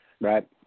Right